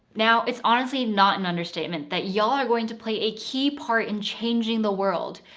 now, it's honestly not an understatement that y'all are going to play a key part in changing the world.